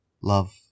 Love